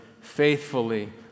faithfully